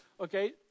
Okay